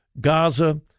Gaza